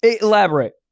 Elaborate